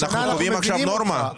אנחנו קובעים עכשיו נורמה.